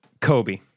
Kobe